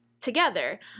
Together